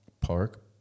park